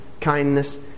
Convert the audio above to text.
kindness